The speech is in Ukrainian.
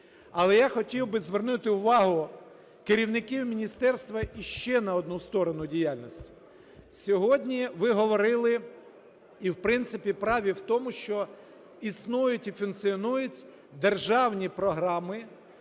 Але я хотів би звернути увагу керівників міністерства іще на одну сторону діяльності. Сьогодні ви говорили, і, в принципі, праві в тому, що існують і функціонують державні програми